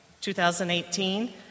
2018